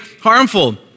harmful